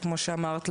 וכמו שאמרת,